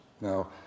Now